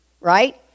right